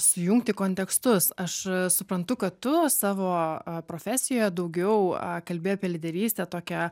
sujungti kontekstus aš suprantu kad tu savo profesijoje daugiau a kalbi apie lyderystę tokią